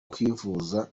kwivuza